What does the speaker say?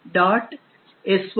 so